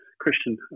Christian